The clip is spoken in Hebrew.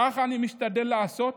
כך אני משתדל לעשות,